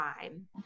time